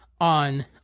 on